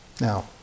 Now